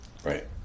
Right